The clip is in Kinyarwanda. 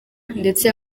ndetse